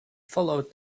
followed